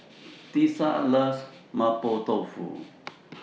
Tisa loves Mapo Tofu